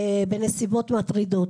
בנסיבות מטרידות.